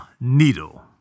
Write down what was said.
needle